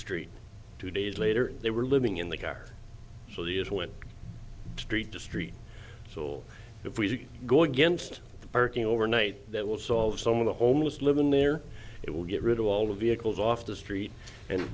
street two days later they were living in the car so the is went street to street so if we go against the parking overnight that will solve some of the homeless living there it will get rid of all the vehicles off the street and